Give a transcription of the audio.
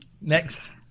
Next